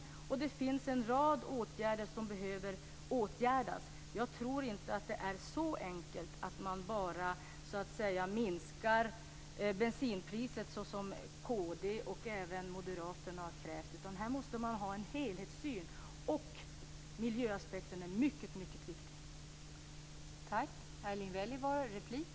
Det behöver vidtas en rad åtgärder. Jag tror inte att det är så enkelt att bara sänka bensinpriset, som Kristdemokraterna och även Moderaterna har krävt, utan man måste ha en helhetssyn. Miljöaspekten är mycket viktig.